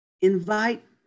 Invite